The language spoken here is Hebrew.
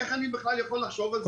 איך אני בכלל יכול לחשוב על זה.